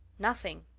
nothing!